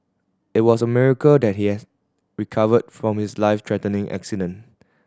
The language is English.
it was a miracle that he has recovered from his life threatening accident